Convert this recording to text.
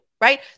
right